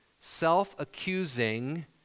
self-accusing